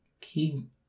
keep